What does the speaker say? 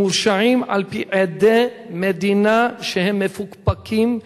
מורשעים על-פי עדי מדינה שהם מפוקפקים,